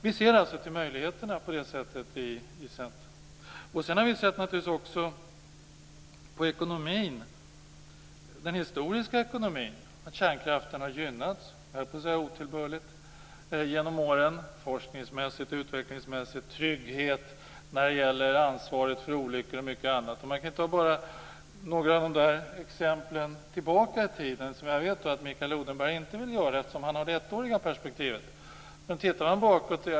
Vi ser alltså till möjligheterna på det sättet i Centern. Vi har naturligtvis även sett på den historiska ekonomin, att kärnkraften har gynnats, jag höll på att säga otillbörligt, genom åren forskningsmässigt och utvecklingsmässigt, när det gäller trygghet och ansvaret för olyckor och mycket annat. Jag kan nämna ett exempel tillbaka i tiden, som jag vet att Mikael Odenberg inte vill ta upp, eftersom han har det ettåriga perspektivet.